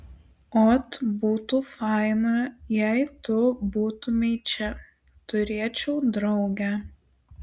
ot būtų faina jei tu būtumei čia turėčiau draugę